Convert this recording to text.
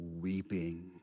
weeping